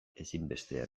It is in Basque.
ezinbestean